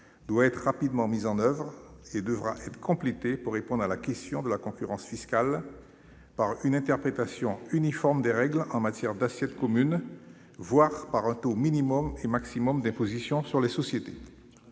doit être rapidement mis en oeuvre. Il devra être complété pour répondre à la question de la concurrence fiscale, soit sous la forme d'une interprétation uniforme des règles en matière d'assiette commune, soit par la mise en place de taux minimum et maximum d'imposition sur les sociétés.